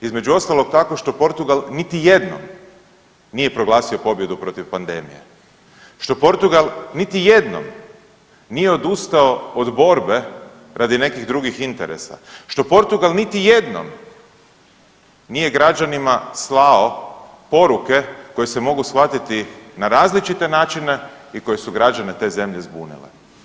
Između ostalog tako što Portugal nije proglasio pobjedu protiv pandemije, što Portugal niti jednom nije odustao od borbe radi nekih drugih interesa, što Portugal niti jednom nije građanima slao poruke koje se mogu shvatiti na različite načine i koje su građane te zemlje zbunile.